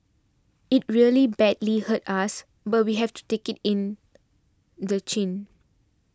it really badly hurts us but we have to take it in the chin